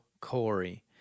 Corey